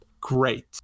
Great